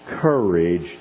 courage